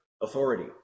authority